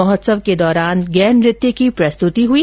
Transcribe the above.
महोत्सव के दौरान गैर नृत्य की प्रस्तती हई